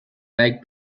like